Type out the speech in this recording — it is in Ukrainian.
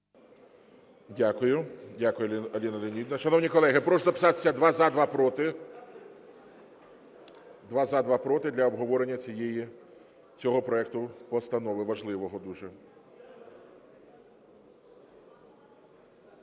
Дякую. Дякую. Аліна Леонідівна. Шановні колеги, прошу записатися: два – за, два – проти, для обговорення цього проекту постанови важливого дуже.